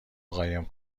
قایم